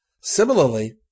Similarly